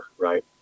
Right